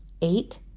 Eight